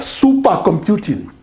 supercomputing